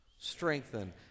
strengthen